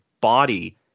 body